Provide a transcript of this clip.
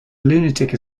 lunatic